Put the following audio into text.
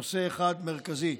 נושא אחד מרכזי.